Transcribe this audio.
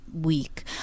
week